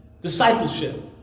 discipleship